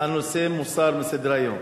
הנושא מוסר מסדר-היום.